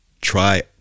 try